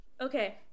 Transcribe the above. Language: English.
Okay